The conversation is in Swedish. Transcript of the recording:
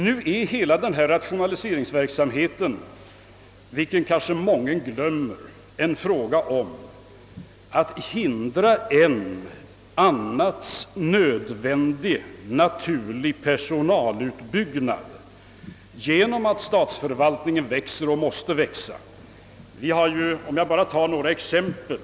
Nu är hela denna rationaliseringsverksamhet, vilket kanske många glömmer, en fråga om att hindra en annars nödvändig naturlig personalutbyggnad genom att statsförvaltningen växer och måste växa. Jag tar några exempel.